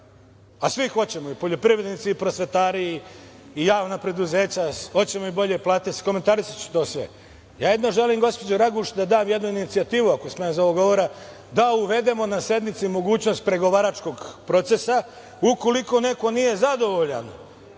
a svi hoćemo, i poljoprivrednici, i prosvetari, i javna preduzeća, hoćemo i bolje plate, komentarisaću to sve, ali želim, gospođo Raguš, da dam jednu inicijativu ako smem iz ovog govora da uvedemo na sednici mogućnost pregovaračkog procesa. Ukoliko neko nije zadovoljan,